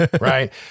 right